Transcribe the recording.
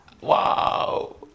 Wow